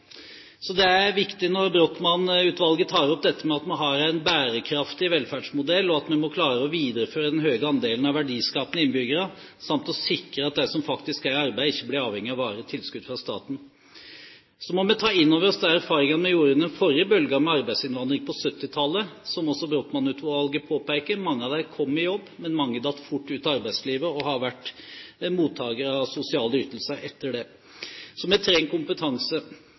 Så det er viktig når Brochmann-utvalget tar opp dette med at vi har en bærekraftig velferdsmodell, og at vi må klare å videreføre den høye andelen av verdiskapende innbyggere, samt å sikre at de som faktisk er i arbeid, ikke blir avhengig av varige tilskudd fra staten. Så må vi ta inn over oss de erfaringene vi gjorde under den forrige bølgen med arbeidsinnvandring på 1970-tallet, som også Brochmann-utvalget påpeker. Mange av dem kom i jobb, men mange datt fort ut av arbeidslivet og har vært mottagere av sosiale ytelser etter det. Så vi trenger kompetanse.